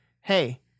hey